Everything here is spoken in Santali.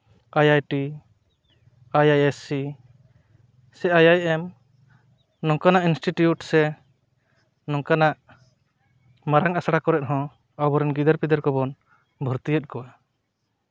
I I T I I S C ᱥᱮ ᱟᱭ ᱟᱭ ᱮᱢ ᱱᱚᱝᱠᱟᱱᱟᱜ ᱤᱱᱥᱴᱤᱴᱤᱭᱩᱴ ᱥᱮ ᱱᱚᱝᱠᱟᱱᱟᱜ ᱢᱟᱨᱟᱝ ᱟᱥᱲᱟ ᱠᱚᱨᱮᱫᱦᱚᱸ ᱟᱵᱚᱨᱮᱱ ᱜᱤᱫᱟᱹᱨ ᱯᱤᱫᱟᱹᱨ ᱠᱚᱵᱚᱱ ᱵᱷᱚᱨᱛᱤᱭᱮᱫ ᱠᱚᱣᱟ